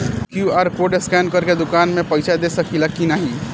हम QR code scan करके दुकान में पईसा दे सकेला की नाहीं?